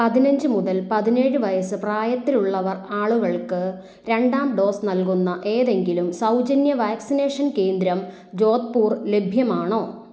പതിനഞ്ച് മുതൽ പതിനേഴ് വയസ്സ് പ്രായത്തിലുള്ളവർ ആളുകൾക്ക് രണ്ടാം ഡോസ് നൽകുന്ന ഏതെങ്കിലും സൗജന്യ വാക്സിനേഷൻ കേന്ദ്രം ജോധ്പൂർ ലഭ്യമാണോ